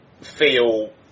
feel